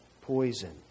poison